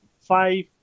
five